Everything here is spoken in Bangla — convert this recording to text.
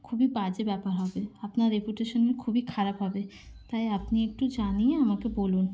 খুবই বাজে ব্যাপার হবে আপনার রেপুটেশনে খুবই খারাপ হবে তাই আপনি একটু জানিয়ে আমাকে বলুন